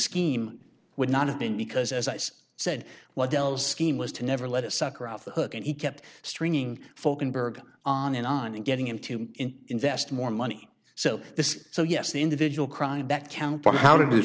scheme would not have been because as i say said what dell scheme was to never let a sucker off the hook and he kept stringing folk and berg on and on and getting him to invest more money so this is so yes the individual crime that count but how to